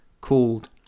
called